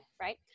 right